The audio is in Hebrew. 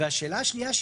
השאלה השנייה,